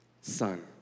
son